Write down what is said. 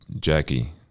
Jackie